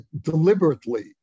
deliberately